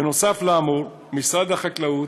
נוסף על האמור, משרד החקלאות,